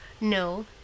No